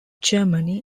germany